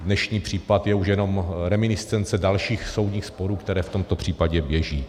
Dnešní případ je už jenom reminiscence dalších soudních sporů, které v tomto případě běží.